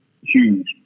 huge